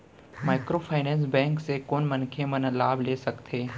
Microfinance bank से कोन मनखे मन लाभ ले सकथे?